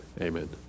Amen